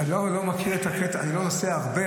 אני מכיר את הרב שך אני לא נוסע הרבה,